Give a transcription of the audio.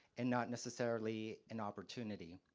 and not necessarily an opportunity.